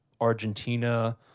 Argentina